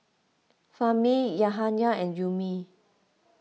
Fahmi Yahaya and Ummi